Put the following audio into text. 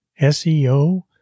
SEO